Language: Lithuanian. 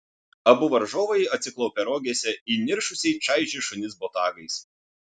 abu varžovai atsiklaupę rogėse įniršusiai čaižė šunis botagais